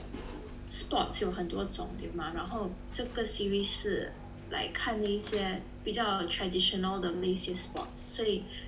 sports 有很多种对吗然后这个 series 是 like 看那些比较 traditional 的哪一些 sports 所以